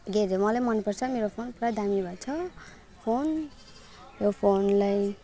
के अरे मलाई मन पर्छ मेरो फोन पुरा दामी भएछ फोन यो फोनलाई